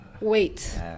wait